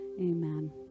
Amen